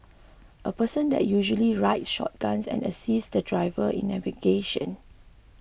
a person that usually rides shotguns and assists the driver in navigation